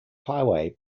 highway